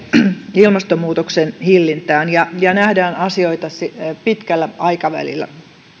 ilmastonmuutoksen hillintään ja ja nähdään asioita pitkällä aikavälillä